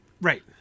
Right